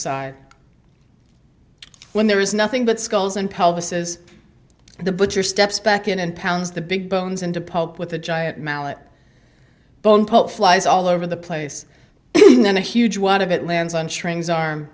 side when there is nothing but skulls and pelvis as the butcher steps back in and pounds the big bones into pulp with a giant mallet bone pope flies all over the place then a huge wad of it lands on shrinks arm